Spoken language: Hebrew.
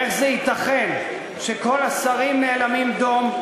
איך ייתכן שכל השרים נאלמים דום,